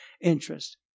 interest